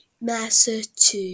Massachusetts